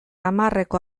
hamarreko